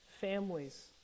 families